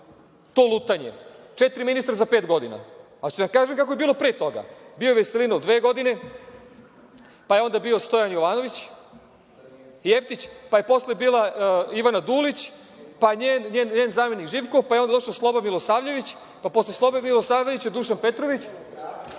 to lutanje. Četiri ministra za pet godina. Hoćete da vam kažem kako je bilo pre toga? Bio je Veselinov dve godine, pa je onda bio Stojan Jeftić, pa je posle bila Ivana Dulić, pa njen zamenik Živko, pa je onda došao Sloba Milosavljević, pa posle Slobe Milosavljevića Dušan Petrović,